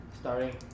Starting